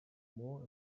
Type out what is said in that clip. more